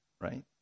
right